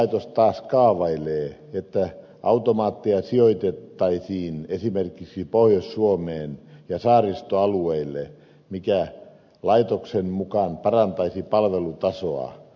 lääkelaitos taas kaavailee että automaatteja sijoitettaisiin esimerkiksi pohjois suomeen ja saaristoalueille mikä laitoksen mukaan parantaisi palvelutasoa